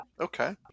Okay